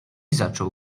zaczął